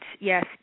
Yes